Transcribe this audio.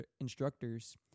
instructors